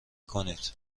کنید